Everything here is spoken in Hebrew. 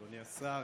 אדוני השר,